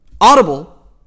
Audible